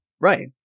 right